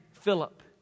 Philip